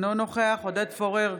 אינו נוכח עודד פורר,